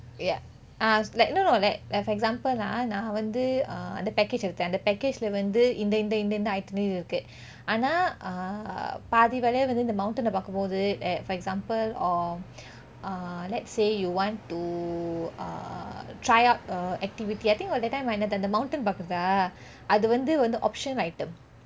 ya ah like no no like like for example ah நான் வந்து அந்த:naan vanthu antha the package எடுத்தேன் அந்த:yedutthen:antha package leh வந்து இந்த இந்த இந்த:vanthu intha intha intha itinerary இருக்கு ஆனா பாதி வழியிலே வந்து இந்த:irukku aana paathi vazhiyilleh vanthu intha mountain பாக்கும்போது:paakumpothu at for example or err let's say you want to err try out a activity I think that time அந்த என்னது அந்த:antha ennathu antha mountain பாக்குறதா அது வந்து :paakurethaa athu vanthu optional item